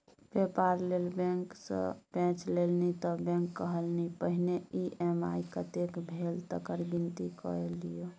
बेपार लेल बैंक सँ पैंच लेलनि त बैंक कहलनि पहिने ई.एम.आई कतेक भेल तकर गिनती कए लियौ